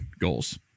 goals